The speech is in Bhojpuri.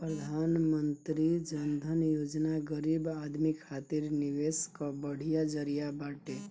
प्रधानमंत्री जन धन योजना गरीब आदमी खातिर निवेश कअ बढ़िया जरिया बाटे